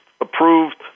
approved